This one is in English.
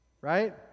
right